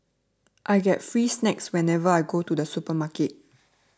I get free snacks whenever I go to the supermarket